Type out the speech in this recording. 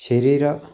शरीरम्